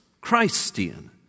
Christian